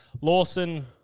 Lawson